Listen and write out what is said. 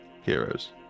heroes